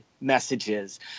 messages